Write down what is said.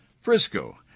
Frisco